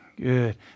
Good